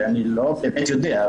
אני לא באמת יודע.